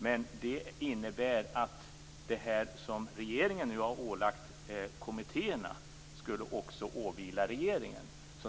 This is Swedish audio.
Men det innebär att det som regeringen nu har ålagt kommittéerna också skulle åvila regeringen.